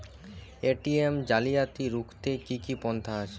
ATM জালিয়াতি রুখতে কি কি পন্থা আছে?